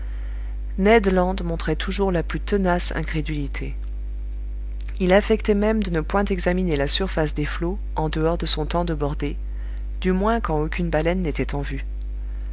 land montrait toujours la plus tenace incrédulité il affectait même de ne point examiner la surface des flots en dehors de son temps de bordée du moins quand aucune baleine n'était en vue